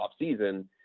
offseason